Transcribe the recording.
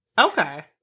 okay